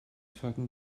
certain